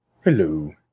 Hello